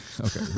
okay